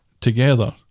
together